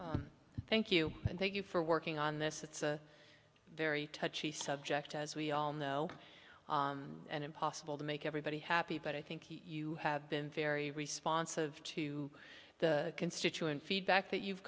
and thank you and thank you for working on this it's a very touchy subject as we all know and impossible to make everybody happy but i think you have been very responsive to the constituent feedback that you've